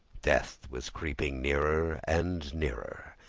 death was creeping nearer and nearer,